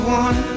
one